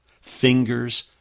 fingers